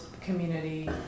community